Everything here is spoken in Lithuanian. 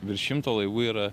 virš šimto laivų yra